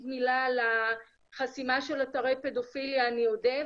מילה על החסימה של אתרי פדופיליה אני אודה,